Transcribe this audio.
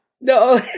no